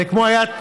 זה היה כמו,